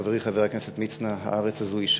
חברי חבר הכנסת מצנע, הארץ הזאת היא שלנו,